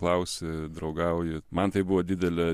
klausi draugauji man tai buvo didelė